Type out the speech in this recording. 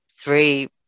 three